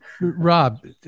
Rob